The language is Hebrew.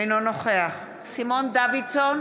אינו נוכח סימון דוידסון,